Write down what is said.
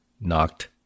knocked